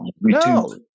no